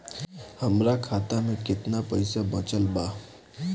हमरा खाता मे केतना पईसा बचल बा?